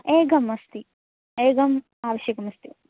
एकमस्ति एकम् आवश्यकमस्ति